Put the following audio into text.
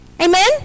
Amen